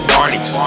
Barney's